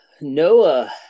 Noah